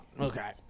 Okay